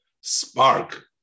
spark